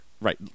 Right